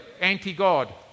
anti-God